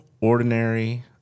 ordinary